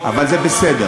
אבל זה בסדר.